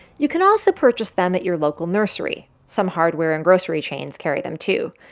you can also purchase them at your local nursery. some hardware and grocery chains carry them, too.